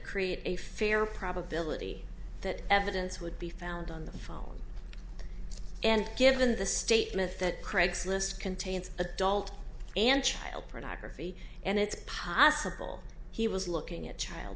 create a fair probability that evidence would be found on the phone and given the statement that craigslist contains adult and child pornography and it's possible he was looking at child